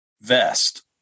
vest